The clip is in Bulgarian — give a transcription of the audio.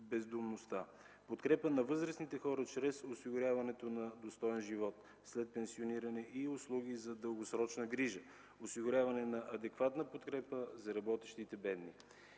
бездомността, подкрепа на възрастните хора чрез осигуряване на достоен живот след пенсиониране и услуги за дългосрочна грижа, осигуряване на адекватна подкрепа за работещите бедни.